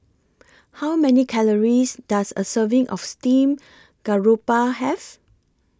How Many Calories Does A Serving of Steamed Garoupa Have